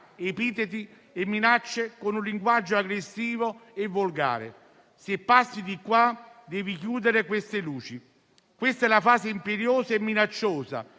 epiteti e minacce, con un linguaggio aggressivo e volgare. «Se passi di qua devi chiudere queste luci»: questa è la fase imperiosa e minacciosa